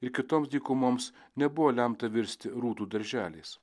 ir kitoms dykumoms nebuvo lemta virsti rūtų darželiais